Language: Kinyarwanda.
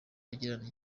agirana